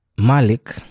Malik